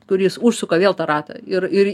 kuris užsuka vėl tą ratą ir ir